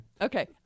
Okay